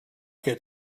get